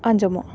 ᱟᱡᱚᱢᱚᱜᱼᱟ